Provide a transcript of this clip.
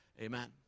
amen